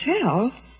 tell